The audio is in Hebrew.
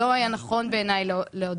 ולא היה נכון לעודד